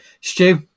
Stu